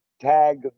tag